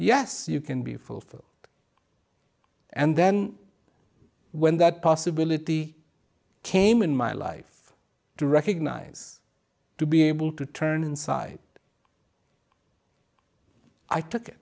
yes you can be fulfilled and then when that possibility came in my life to recognize to be able to turn inside i took